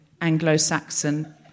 Anglo-Saxon